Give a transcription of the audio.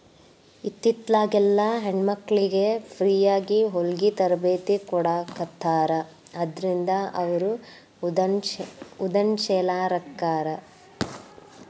ಇತ್ತಿತ್ಲಾಗೆಲ್ಲಾ ಹೆಣ್ಮಕ್ಳಿಗೆ ಫ್ರೇಯಾಗಿ ಹೊಲ್ಗಿ ತರ್ಬೇತಿ ಕೊಡಾಖತ್ತಾರ ಅದ್ರಿಂದ ಅವ್ರು ಉದಂಶೇಲರಾಕ್ಕಾರ